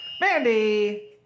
Mandy